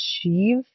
achieve